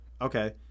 Okay